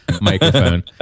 microphone